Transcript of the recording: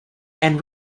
and